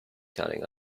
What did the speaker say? counting